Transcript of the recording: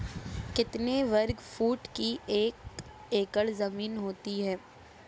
कितने वर्ग फुट की एक एकड़ ज़मीन होती है?